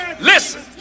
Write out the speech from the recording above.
listen